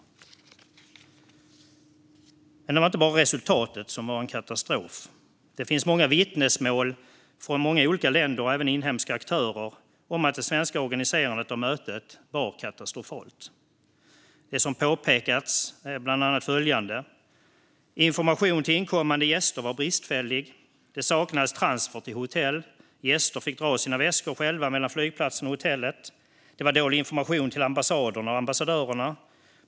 Det var dock inte bara resultatet som var en katastrof, utan det finns många vittnesmål från olika länder - och även från inhemska aktörer - om att det svenska organiserandet av mötet var katastrofalt. Det som har påpekats är bland annat följande. Information till inkommande gäster var bristfällig. Det saknades transfer till hotell. Gäster fick dra sina väskor själva mellan flygplatsen och hotellet. Det var dålig information till ambassaderna och ambassadörerna.